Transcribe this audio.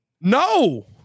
No